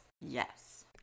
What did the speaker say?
Yes